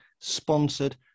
sponsored